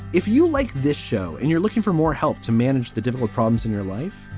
if you like this show and you're looking for more help to manage the difficult problems in your life,